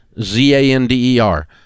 Z-A-N-D-E-R